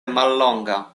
mallonga